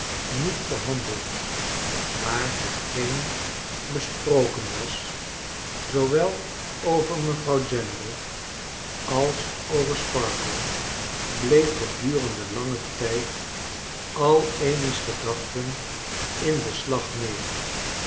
niet verhandeld maar hetgeen besproken was zoowel over mevrouw general als over sparkler bleef gedurende langen tijd al amy's gedachten in beslag nemen